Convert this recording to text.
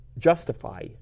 justify